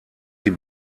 sie